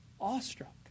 awestruck